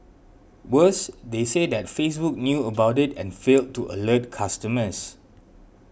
worse they say that Facebook knew about it and failed to alert customers